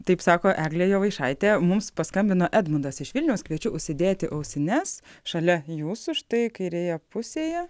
taip sako eglė jovaišaitė mums paskambino edmundas iš vilniaus kviečiu užsidėti ausines šalia jūsų štai kairėje pusėje